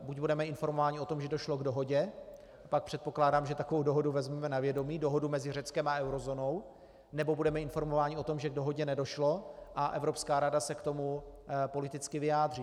Buď budeme informováni o tom, že došlo k dohodě, pak předpokládám, že takovou dohodu vezmeme na vědomí, dohodu mezi Řeckem a eurozónou, nebo budeme informováni o tom, že k dohodě nedošlo, a Evropská rada se k tomu politicky vyjádří.